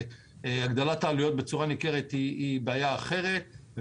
הגדלת העלויות בצורה ניכרת היא בעיה אחרת.